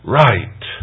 right